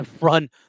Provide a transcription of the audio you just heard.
Run